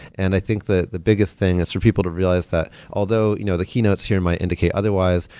and i think that the biggest thing is for people to realize that although you know the key notes here might indicate otherwise,